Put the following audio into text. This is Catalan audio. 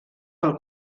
pel